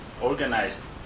organized